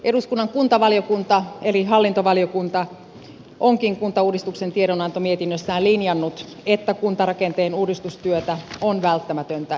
eduskunnan kuntavaliokunta eli hallintovaliokunta onkin kuntauudistuksen tiedonantomietinnössään linjannut että kuntarakenteen uudistustyötä on välttämätöntä jatkaa